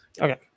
okay